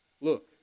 look